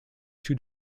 two